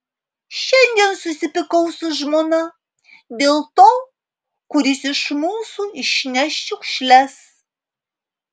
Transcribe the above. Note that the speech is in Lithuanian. šiandien susipykau su žmona dėl to kuris iš mūsų išneš šiukšles